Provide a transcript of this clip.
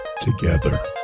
together